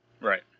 Right